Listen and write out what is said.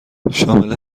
شامل